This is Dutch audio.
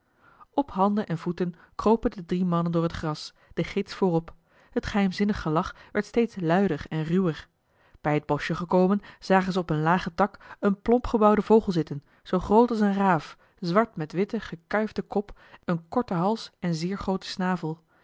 op handen en voeten kropen de drie mannen door het gras de gids voorop het geheimzinnig gelach werd steeds luider en ruwer eli heimans willem roda bij het boschje gekomen zagen ze op een lagen tak een plomp gebouwden vogel zitten zoo groot als eene raaf zwart met witten gekuifden kop een korten hals en zeer grooten snavel